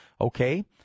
okay